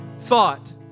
thought